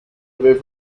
avait